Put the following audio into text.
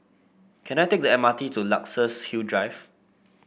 can I take the M R T to Luxus Hill Drive